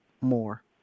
more